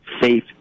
safe